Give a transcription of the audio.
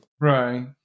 right